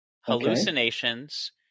hallucinations